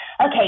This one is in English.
okay